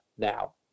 now